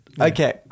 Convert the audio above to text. Okay